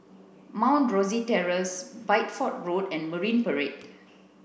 Mount Rosie Terrace Bideford Road and Marine Parade